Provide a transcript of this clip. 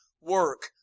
work